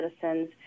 citizens